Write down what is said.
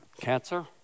Cancer